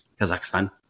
Kazakhstan